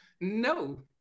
No